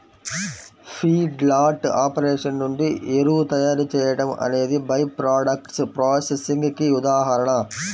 feedlot operation నుండి ఎరువు తయారీ చేయడం అనేది బై ప్రాడక్ట్స్ ప్రాసెసింగ్ కి ఉదాహరణ